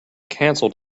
canceled